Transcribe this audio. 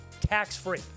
tax-free